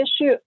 issue